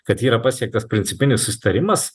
kad yra pasiektas principinis susitarimas